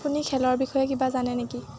আপুনি খেলৰ বিষয়ে কিবা জানে নেকি